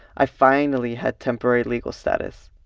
i finally had temporary legal status.